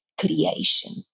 creation